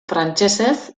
frantsesez